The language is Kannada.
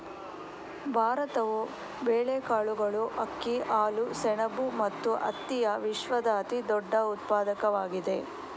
ಭಾರತವು ಬೇಳೆಕಾಳುಗಳು, ಅಕ್ಕಿ, ಹಾಲು, ಸೆಣಬು ಮತ್ತು ಹತ್ತಿಯ ವಿಶ್ವದ ಅತಿದೊಡ್ಡ ಉತ್ಪಾದಕವಾಗಿದೆ